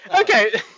Okay